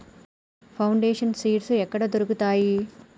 Foundation seeds ఎక్కడ దొరుకుతాయి?